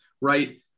Right